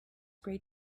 great